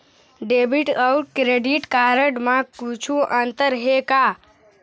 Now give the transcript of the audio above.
Debit अऊ credit card म कुछू अंतर हे का?